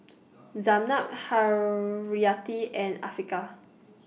Zaynab Haryati and Afiqah